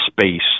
space